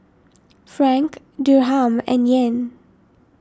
Franc Dirham and Yen